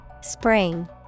Spring